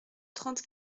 trente